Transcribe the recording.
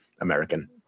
American